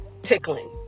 tickling